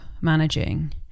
managing